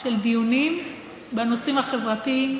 של דיונים בנושאים החברתיים,